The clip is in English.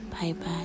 Bye-bye